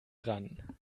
ran